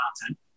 content